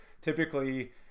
typically